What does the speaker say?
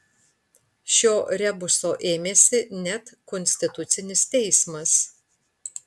šio rebuso ėmėsi net konstitucinis teismas